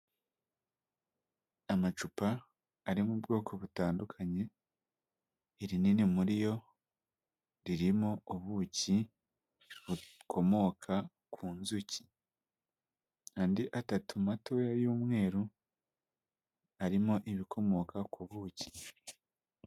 Amacupa ari mu bwoko butandukanye irinini muri yo ririmo ubuki bukomoka ku nzuki andi atatu mato y'umweru arimo ibikomoka ku buki.